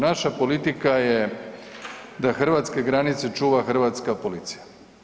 Naša politika je da hrvatske granice čuva hrvatska policija.